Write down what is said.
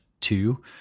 two